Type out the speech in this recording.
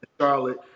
Charlotte